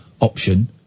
option